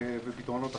ופתרונות אחרים.